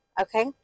okay